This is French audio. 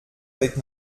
avec